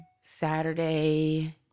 Saturday